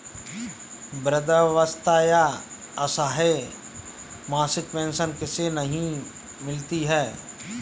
वृद्धावस्था या असहाय मासिक पेंशन किसे नहीं मिलती है?